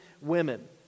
women